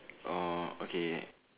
orh okay